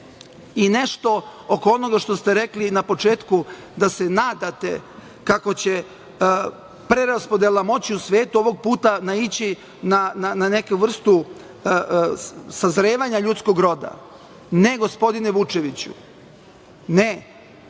oko onoga što ste rekli na početku, da se nadate kako će preraspodela moći u svetu ovog puta naići na neku vrstu sazrevanja ljudskog roda. Ne, gospodine Vučeviću, ne.